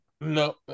no